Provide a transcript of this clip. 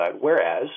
whereas